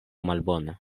malbona